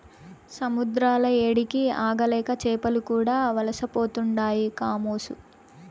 సముద్రాల ఏడికి ఆగలేక చేపలు కూడా వలసపోతుండాయి కామోసు